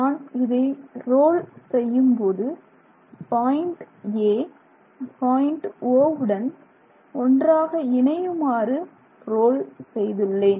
நான் இதை ரோல் செய்யும் போது பாயிண்ட் "A" பாயிண்ட் "O" வுடன் ஒன்றாக இணையுமாறு ரோல் செய்துள்ளேன்